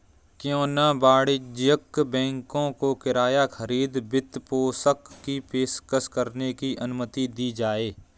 क्यों न वाणिज्यिक बैंकों को किराया खरीद वित्तपोषण की पेशकश करने की अनुमति दी जाए